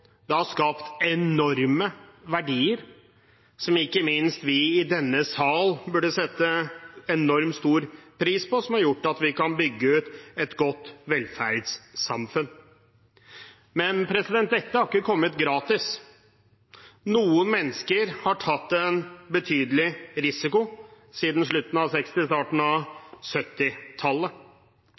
Det har skapt enorme verdier, som ikke minst vi i denne sal burde sette enormt stor pris på, som har gjort at vi kan bygge ut et godt velferdssamfunn. Men dette har ikke kommet gratis. Noen mennesker har tatt en betydelig risiko siden slutten av 1960-tallet og starten av